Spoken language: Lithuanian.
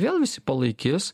vėl visi palaikys